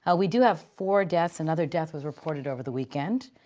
ah we do have four deaths, another death was reported over the weekend.